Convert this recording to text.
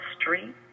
street